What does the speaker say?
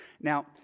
Now